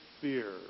fear